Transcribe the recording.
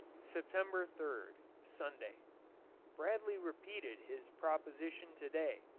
september third, sunday bradley repeated his proposition to-day,